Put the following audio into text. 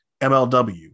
MLW